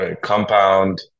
Compound